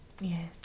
Yes